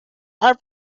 are